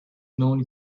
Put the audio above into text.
known